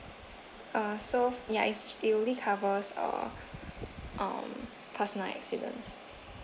err so ya it's it only covers uh um personal accident